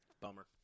Bummer